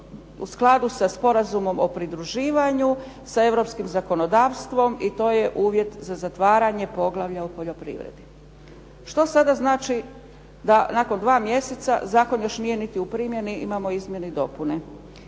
u skladu sa Sporazumom o pridruživanju, sa europskim zakonodavstvom i to je uvjet za zatvaranje poglavlja o poljoprivredi. Što sada znači da nakon 2 mjeseca zakon još nije niti u primjeni, imamo izmjene i dopune?